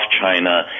China